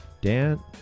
Dan